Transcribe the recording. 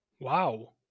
Wow